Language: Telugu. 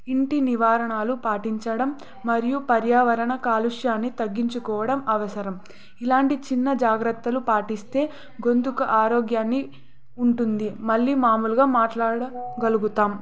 ఇంటి నివారణలు పాటించడం మరియు పర్యావరణ కాలుష్యాన్ని తగ్గించుకోవడం అవసరం ఇలాంటి చిన్న జాగ్రత్తలు పాటిస్తే గొంతుకు ఆరోగ్యాన్ని ఉంటుంది మళ్ళీ మామూలుగా మాట్లాడగలుగుతాం